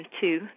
two